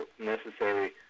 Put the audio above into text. necessary